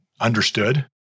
understood